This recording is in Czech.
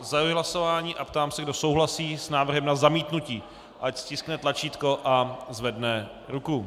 Zahajuji hlasování a ptám se, kdo souhlasí s návrhem na zamítnutí, ať stiskne tlačítko a zvedne ruku.